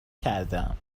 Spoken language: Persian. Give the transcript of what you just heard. کردهام